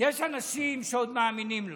יש אנשים שעוד מאמינים לו.